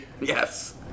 Yes